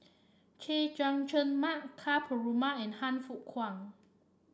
Chay Jung Jun Mark Ka Perumal and Han Fook Kwang